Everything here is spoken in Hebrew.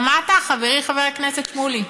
שמעת, חברי חבר הכנסת שמולי?